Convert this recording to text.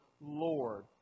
Lord